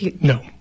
no